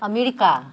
America